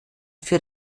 für